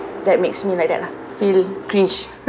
that makes me like that lah feel cringe